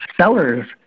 sellers